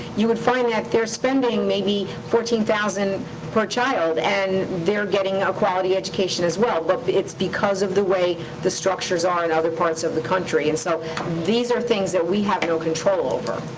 you would find that they're spending maybe fourteen thousand per child, and they're getting a quality education as well. but it's because of the way the structures are in other parts of the country, and so these are things that we have no control over.